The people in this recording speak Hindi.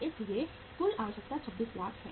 इसलिए कुल आवश्यकता 26 लाख है